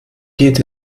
geht